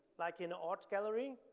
like in art gallery.